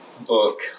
book